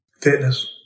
fitness